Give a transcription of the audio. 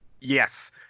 Yes